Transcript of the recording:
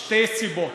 שתי סיבות: